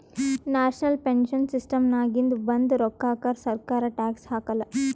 national pension ಸಿಸ್ಟಮ್ನಾಗಿಂದ ಬಂದ್ ರೋಕ್ಕಾಕ ಸರ್ಕಾರ ಟ್ಯಾಕ್ಸ್ ಹಾಕಾಲ್